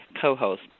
co-host